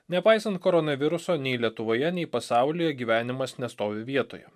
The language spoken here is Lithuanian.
nepaisant koronaviruso nei lietuvoje nei pasaulyje gyvenimas nestovi vietoje